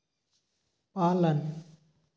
पालन